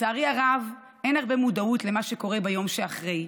לצערי הרב, אין הרבה מודעות למה שקורה ביום שאחרי.